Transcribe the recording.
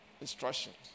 instructions